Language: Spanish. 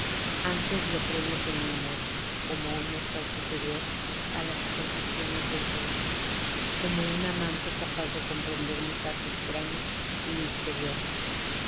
antes le premio con mi amor como á un mortal superior á las supersticiones del vulgo como á un amante capaz de comprender mi cariño extraño y misterioso